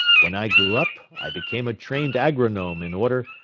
when i grew up, i became a trained agronome in order.